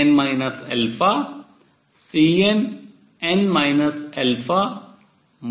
2h आती है